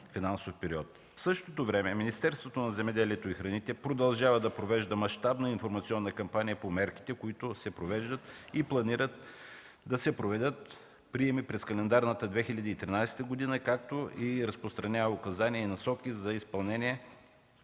В същото време Министерството на земеделието и храните продължава да провежда мащабна информационна кампания по мерките, които се провеждат и планират да се проведат приеми през календарната 2013 г., както и разпространява указания и насоки за изпълнение